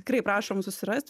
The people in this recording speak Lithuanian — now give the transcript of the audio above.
tikrai prašom susirast